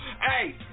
Hey